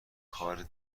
کار